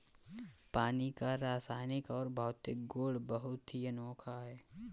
पानी का रासायनिक और भौतिक गुण बहुत ही अनोखा है